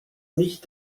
nicht